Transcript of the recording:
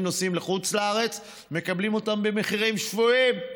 שנוסעים לחו"ל מקבלים אותם במחירים שפויים: